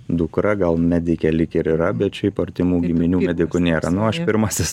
dukra gal medikė lyg ir yra bet šiaip artimų giminių medikų nėra nu aš pirmasis